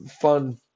fun